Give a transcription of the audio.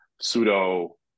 pseudo